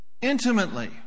intimately